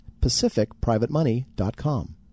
PacificPrivateMoney.com